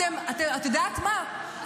את יודעת מה?